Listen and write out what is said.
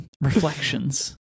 Reflections